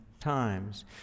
times